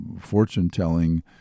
fortune-telling